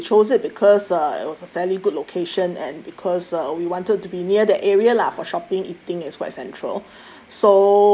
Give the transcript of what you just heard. so I mean we chose it because uh it was a fairly good location and because uh we wanted to be near the area lah for shopping eating is quite central